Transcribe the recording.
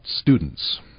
students